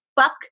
fuck